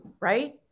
Right